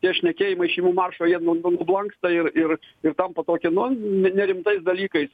tie šnekėjimai šeimų maršo jie nu nublanksta ir ir ir tampa tokie nu nerimtais dalykais